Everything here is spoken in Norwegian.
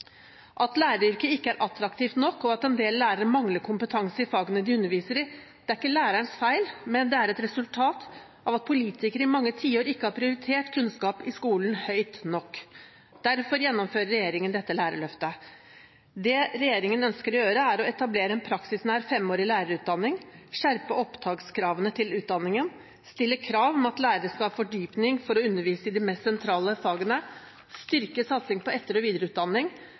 At læreryrket ikke er attraktivt nok, og at en del lærere mangler kompetanse i fagene de underviser i, er ikke lærerens feil, men et resultat av at politikere i mange tiår ikke har prioritert kunnskap i skolen høyt nok. Derfor gjennomfører regjeringen dette lærerløftet. Det regjeringen ønsker å gjøre, er å: etablere en praksisnær femårig lærerutdanning skjerpe opptakskravene til utdanningen stille krav om at lærere skal ha fordypning for å undervise i de mest sentrale fagene styrke satsingen på etter- og videreutdanning